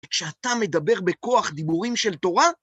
וכשאתה מדבר בכוח דיבורים של תורה